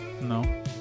No